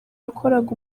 yakoraga